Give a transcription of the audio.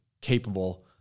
capable